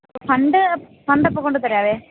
അപ്പോൾ fund fund അപ്പോൾ കൊണ്ട് തരാം